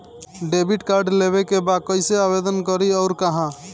Debit card लेवे के बा कइसे आवेदन करी अउर कहाँ?